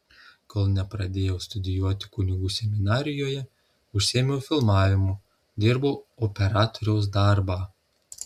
kol nepradėjau studijuoti kunigų seminarijoje užsiėmiau filmavimu dirbau operatoriaus darbą